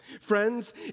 Friends